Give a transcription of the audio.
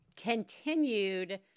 continued